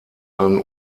dann